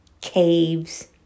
caves